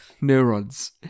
Neurons